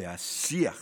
השיח